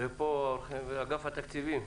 אגף התקציבים,